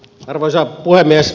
arvoisa puhemies